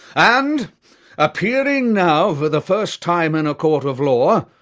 and appearing now for the first time in a court of law,